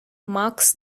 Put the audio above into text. marks